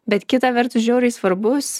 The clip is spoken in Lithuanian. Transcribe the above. bet kita vertus žiauriai svarbus